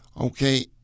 okay